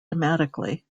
dramatically